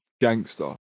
gangster